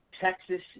Texas